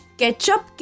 ketchup